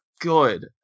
good